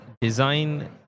design